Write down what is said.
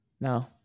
No